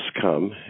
come